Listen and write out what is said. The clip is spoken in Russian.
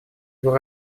его